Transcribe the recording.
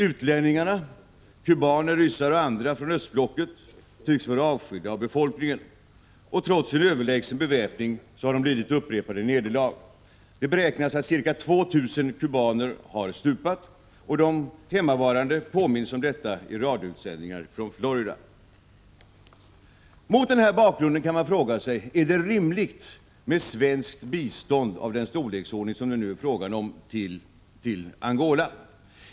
Utlänningarna — kubaner, ryssar och andra från östblocket — tycks vara avskydda av befolkningen, och trots överlägsen beväpning har de lidit upprepade nederlag. Det beräknas att ca 2 000 kubaner har stupat. De hemmavarande påminns om detta i radioutsändningar från Florida. Mot denna bakgrund kan man fråga sig: Är det rimligt med svenskt bistånd av den storleksordning som det nu är fråga om till Angola?